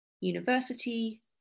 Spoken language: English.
university